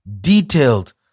detailed